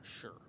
sure